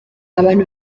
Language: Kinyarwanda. abantu